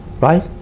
right